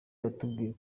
yatubwiye